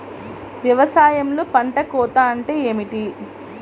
వ్యవసాయంలో పంట కోత అంటే ఏమిటి?